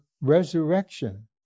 resurrection